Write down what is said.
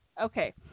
Okay